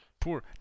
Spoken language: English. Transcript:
Poor